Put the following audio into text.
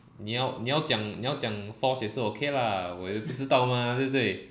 你要你要讲你要讲 false 也是 okay lah 我也不知道吗对不对